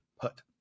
put